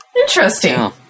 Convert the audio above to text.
interesting